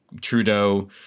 Trudeau